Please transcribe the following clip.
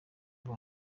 vuba